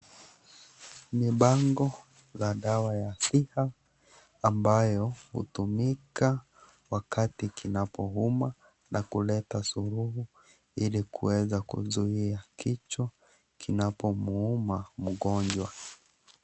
Ni bango la dawa ya siha ambayo hutumika wakati kinapouma na kuleta suluhu ili kuweza kuzuia kichwa kinapomuuma mgonjwa .